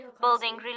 building